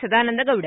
Sadananda Gowda